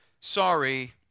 sorry